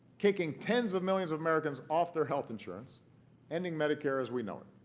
kicking tens of millions of americans off their health insurance ending medicare as we know it.